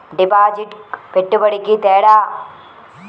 డిపాజిట్కి పెట్టుబడికి తేడా?